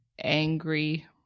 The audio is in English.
Angry